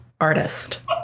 Artist